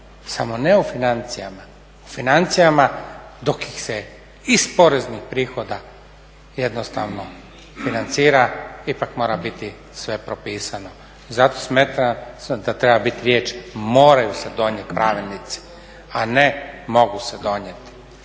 samo ne u financijama. U financijama dok ih se iz poreznih prihoda jednostavno financira ipak mora biti sve propisano. Zato smatrao sam da treba biti riječ "moraju" se donijeti pravilnici a ne mogu se donijeti.